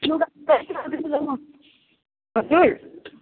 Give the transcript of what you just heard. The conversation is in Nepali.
हजुर